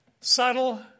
subtle